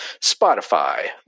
Spotify